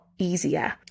Easier